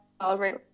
celebrate